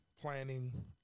Planning